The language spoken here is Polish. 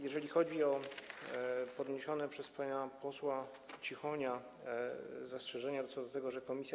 Jeżeli chodzi o podniesione przez pana posła Cichonia zastrzeżenia co do tego, że komisja.